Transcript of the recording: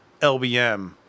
LBM